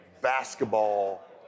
basketball